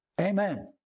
Amen